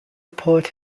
port